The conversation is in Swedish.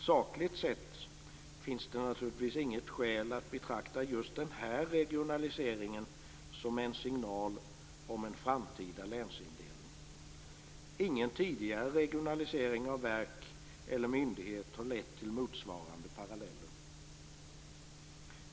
Sakligt sett finns det naturligtvis inget skäl att betrakta just den här regionaliseringen som en signal avseende en framtida länsindelning. Ingen tidigare regionalisering av verk eller myndighet har lett till någon motsvarande åtgärd.